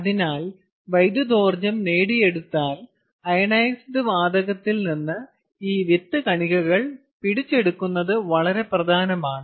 അതിനാൽ വൈദ്യുതോർജ്ജം നേടിയെടുത്താൽ അയോണൈസ്ഡ് വാതകത്തിൽ നിന്ന് ഈ വിത്ത് കണികകൾ പിടിച്ചെടുക്കുന്നത് വളരെ പ്രധാനമാണ്